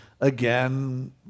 again